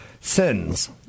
Sins